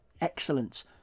excellent